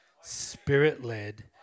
spirit-led